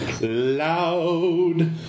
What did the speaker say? Loud